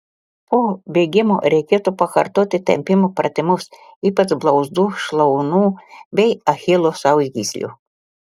po bėgimo reikėtų pakartoti tempimo pratimus ypač blauzdų šlaunų bei achilo sausgyslių